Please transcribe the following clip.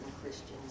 Christian's